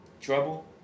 Trouble